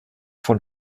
von